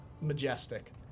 majestic